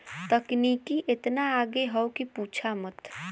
तकनीकी एतना आगे हौ कि पूछा मत